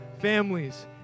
families